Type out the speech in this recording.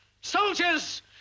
Soldiers